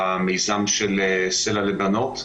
המיזם של "סלע" לבנות.